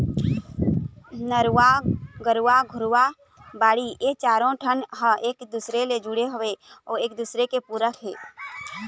नरूवा, गरूवा, घुरूवा, बाड़ी ए चारों ठन ह एक दूसर ले जुड़े हवय अउ एक दूसरे के पूरक हे